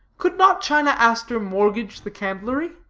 could not china aster mortgage the candlery?